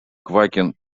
квакин